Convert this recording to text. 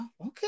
okay